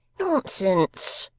nonsense,